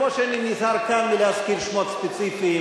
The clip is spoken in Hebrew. כמו שאני נזהר כאן מלהזכיר שמות ספציפיים,